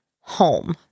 home